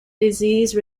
disease